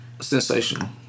sensational